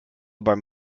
beim